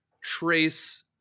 trace